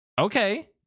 Okay